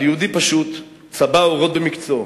הוא על יהודי פשוט, צבע עורות במקצועו.